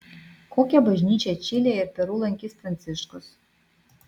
kokią bažnyčią čilėje ir peru lankys pranciškus